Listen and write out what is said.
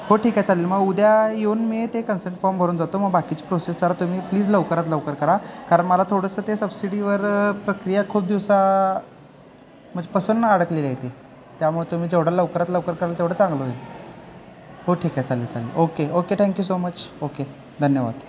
हो ठीक आहे चालेल मग उद्या येऊन मी ते कन्संट फॉर्म भरून जातो मग बाकीची प्रोसेस जरा तुम्ही प्लीज लवकरात लवकर करा कारण मला थोडंसं ते सबसिडीवर प्रक्रिया खूप दिवस म्हणजे पसन्न अडकलेली आहे ती त्यामुळं तुम्ही जेवढा लवकरात लवकर कराल तेवढं चांगलं होईल हो ठीक आहे चालेल चालेल okay okay thank you so much okay धन्यवाद